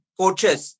coaches